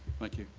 thank you.